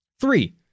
Three